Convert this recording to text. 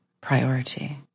priority